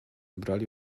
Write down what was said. brali